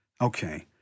Okay